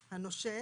נושה,